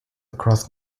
across